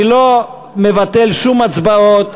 אני לא מבטל שום הצבעות.